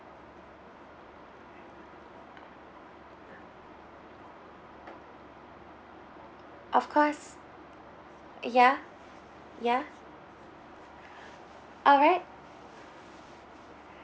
of course ya ya all right